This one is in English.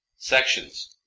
Sections